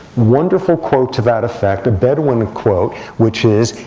wonderful quote to that effect, a bedouin quote, which is,